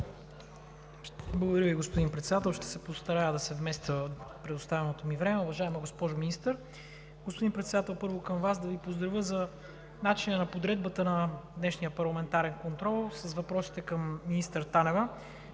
Благодаря Ви, господин Председател, ще се постарая да се вместя в предоставеното ми време. Уважаема госпожо Министър! Господин Председател, първо към Вас, да Ви поздравя за начина на подредбата на днешния парламентарен контрол с въпросите към министър Танева,